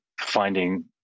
finding